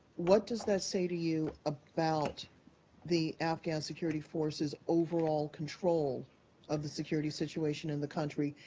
what does that say to you about the afghan security forces' overall control of the security situation in the country?